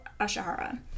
Ashihara